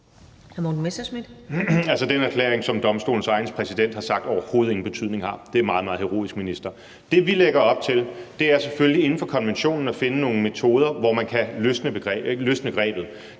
den erklæring, som domstolens egen præsident har sagt overhovedet ingen betydning har! Det er meget, meget heroisk, minister. Det, vi lægger op til, er selvfølgelig inden for konventionen at finde nogle metoder, så man kan løsne grebet.